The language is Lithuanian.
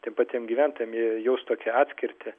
tiem patiem gyventojam jie jaus tokį atskirtį